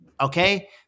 okay